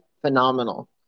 phenomenal